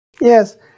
Yes